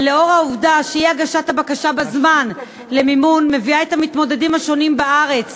ולאור העובדה שאי-הגשת הבקשה למימון בזמן מביאה למתמודדים השונים בארץ